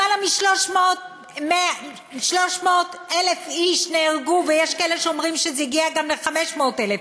למעלה מ-300,000 איש נהרגו ויש שאומרים שזה הגיע גם ל-500,000,